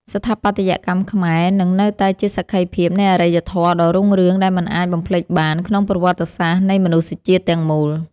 ស្ថាបត្យកម្មខ្មែរនឹងនៅតែជាសក្ខីភាពនៃអរិយធម៌ដ៏រុងរឿងដែលមិនអាចបំភ្លេចបានក្នុងប្រវត្តិសាស្ត្រនៃមនុស្សជាតិទាំងមូល។